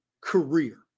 career